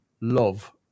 love